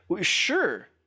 Sure